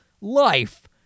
life